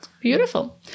Beautiful